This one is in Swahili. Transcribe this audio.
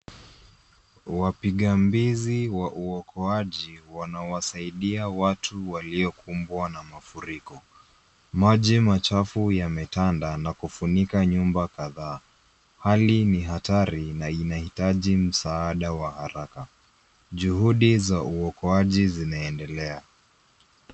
Wapiga mbizi wa uokoaji wanawasaidia watu waliokumbwa na mafuriko. Maji machafu yametanda na kufunika nyumba kadhaa. Hali ni hatari na inahitaji msaada wa haraka. Juhudi za uokoaji zinaendelea.